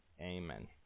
amen